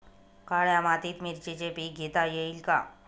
काळ्या मातीत मिरचीचे पीक घेता येईल का?